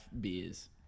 beers